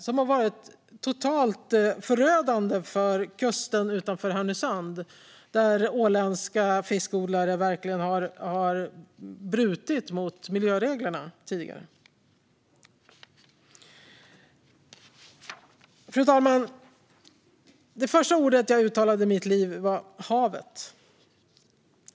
De har varit totalt förödande för kusten utanför Härnösand, där åländska fiskodlare tidigare har brutit mot miljöreglerna. Fru talman! Det första ordet jag uttalade i mitt liv var havet.